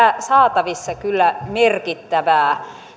saatavissa kyllä merkittävää